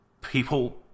people